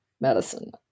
medicine